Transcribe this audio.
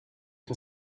can